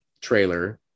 trailer